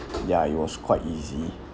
ya it was quite easy